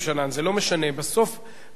בסוף הממשלה,